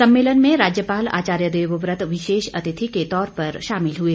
सम्मेलन में राज्यपाल आचार्य देवव्रत विशेष अतिथि के तौर पर शामिल हुए